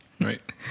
Right